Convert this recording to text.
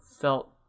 felt